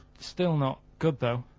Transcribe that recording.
still not. good though.